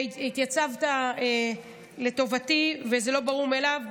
על שהתייצבת לטובתי, וזה לא ברור מאליו.